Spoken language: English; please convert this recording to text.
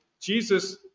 Jesus